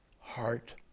heart